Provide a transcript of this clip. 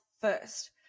first